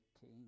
king